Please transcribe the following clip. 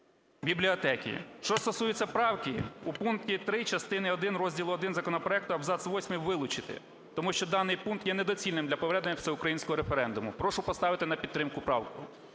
бібліотеки. Що стосується правки, у пункті 3 частини один розділу І законопроекту абзац восьмий вилучити, тому що даний пункт є недоцільним для проведення всеукраїнського референдуму. Прошу поставити на підтримку правку.